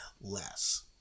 less